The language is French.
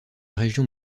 région